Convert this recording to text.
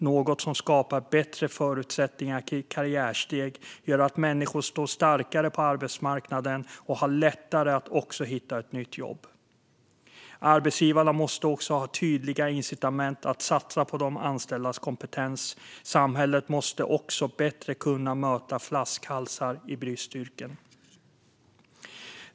Det skapar bättre förutsättningar för karriärsteg och gör att människor står starkare på arbetsmarknaden och har lättare att hitta ett nytt jobb. Arbetsgivarna måste också ha tydliga incitament att satsa på de anställdas kompetens. Och samhället måste bättre kunna möta flaskhalsar i bristyrken.